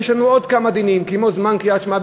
יש לנו עוד כמה דינים, כמו קריאת שמע בזמנה,